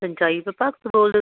ਸਿੰਚਾਈ ਵਿਭਾਗ ਤੋਂ ਬੋਲਦੇ ਹੋ